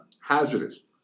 Hazardous